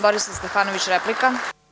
Borislav Stefanović, replika.